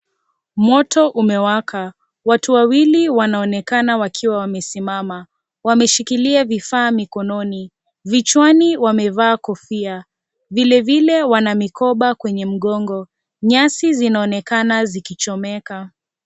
Moto umewaka .Watu wawili wanaonekana wakiwa wamesimama. Wameshikilia vifaa mikononi. Vichwani wamevaa kofia. Vilevile wana mikoba kwenye mgongo .Nyasi inaonekana ikichomeka.